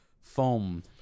foam